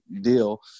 deal